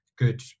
good